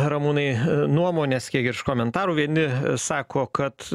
ramūnai nuomonės kiek iš komentarų vieni sako kad